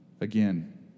Again